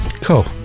cool